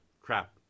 crap